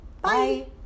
Bye